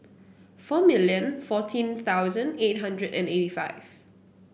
four million fourteen thousand eight hundred and eighty five